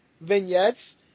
vignettes